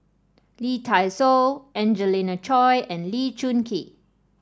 Lee Dai Soh Angelina Choy and Lee Choon Kee